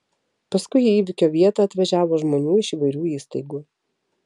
paskui į įvykio vietą atvažiavo žmonių iš įvairių įstaigų